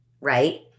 right